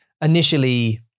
initially